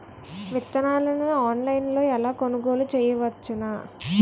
విత్తనాలను ఆన్లైన్లో ఎలా కొనుగోలు చేయవచ్చున?